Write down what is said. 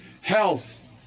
health